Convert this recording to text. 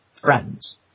friends